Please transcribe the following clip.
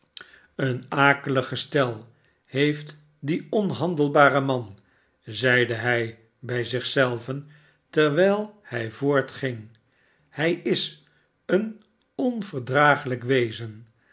een akelig gestel heeft die onhandelbare man zeide hij bij zich zelven terwijl hij voortging hij is een onverdragelijk wezen